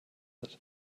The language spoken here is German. wird